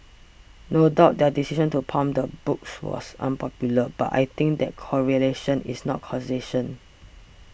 no doubt their decision to pulp the books was unpopular but I think that correlation is not causation